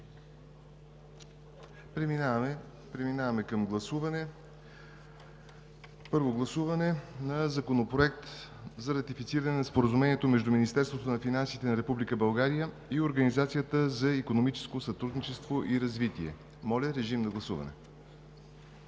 Преминаваме към гласуване. Подлагам на първо гласуване на Законопроекта за ратифициране на Споразумението между Министерството на финансите на Република България и Организацията за икономическо сътрудничество и развитие. Гласували